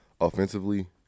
offensively